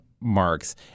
marks